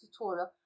tutorial